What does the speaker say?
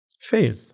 fail